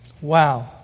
wow